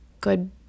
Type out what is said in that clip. good